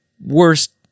worst